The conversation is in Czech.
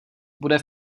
bude